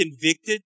convicted